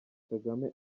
kagame